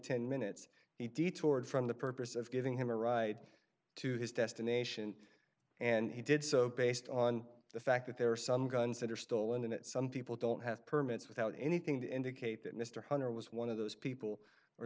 ten minutes he detoured from the purpose of giving him a ride to his destination and he did so based on the fact that there are some guns that are stolen that some people don't have permits without anything to indicate that mr hunter was one of those people